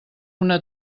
una